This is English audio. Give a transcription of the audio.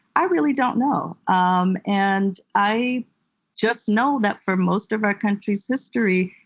i really don't know. um and i just know that for most of our country's history,